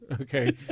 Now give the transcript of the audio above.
okay